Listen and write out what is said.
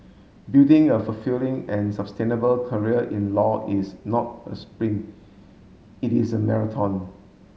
building a fulfilling and sustainable career in law is not a sprint it is a marathon